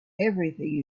everything